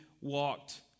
walked